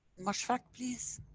mosfeq please.